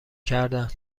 کردن